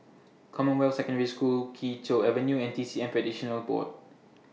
Commonwealth Secondary School Kee Choe Avenue and T C M Practitioners Board